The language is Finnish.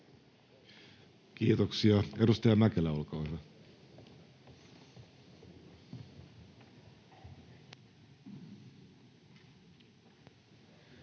Kiitoksia. — Edustaja Mäkelä, olkaa hyvä.